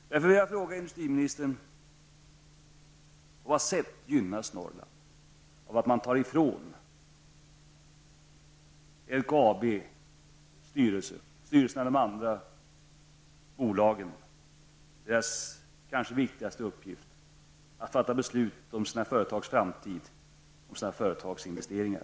Därför vill jag fråga industriministern: På vilket sätt gynnas Norrland av att man tar ifrån LKABs styrelse och styrelserna i de andra bolagen deras kanske viktigaste uppgift, att fatta beslut om sina företags framtid och sina företags investeringar?